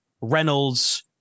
Reynolds